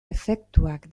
efektuak